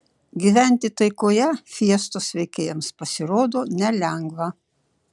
gyventi taikoje fiestos veikėjams pasirodo nelengva